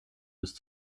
ist